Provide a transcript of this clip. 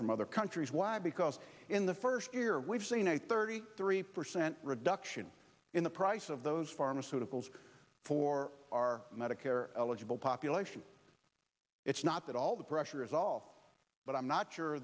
from other countries why because in the first year we've seen a thirty three percent reduction in the price of those pharmaceuticals for our medicare eligible population it's not that all the pressure is all but i'm not sure